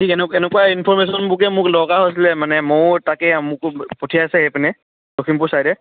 এনেকুৱা ইনফৰৰ্মেশ্যনবোৰকে মোক দৰকাৰ হৈছিলে মানে ময়ো তাকে মোকো পঠিয়াইছে সেইপিনে লখিমপুৰ চাইডে